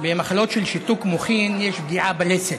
במחלות של שיתוק מוחין יש פגיעה בלסת,